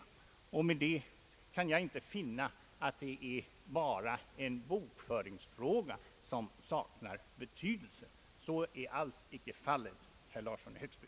Mot denna bakgrund kan jag inte finna att det bara gäller en bokföringsfråga, som saknar betydelse. Så är alls inte fallet, herr Larsson i Högsby.